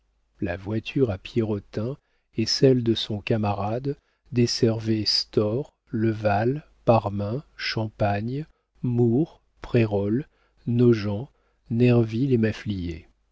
la voiture à pierrotin et celle de son camarade desservaient stors le val parmain champagne mours prérolles nogent nerville et maffliers